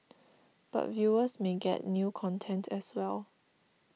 but viewers may get new content as well